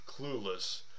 clueless